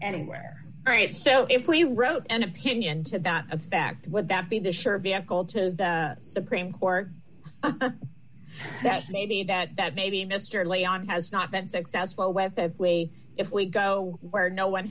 anywhere right so if we wrote an opinion to that effect would that be the sure vehicle to the supreme court that maybe that that maybe mister lay on has not been successful with the way if we go where no one